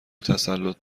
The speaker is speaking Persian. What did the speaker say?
تسلط